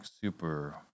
super